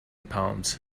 palms